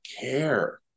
care